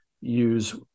use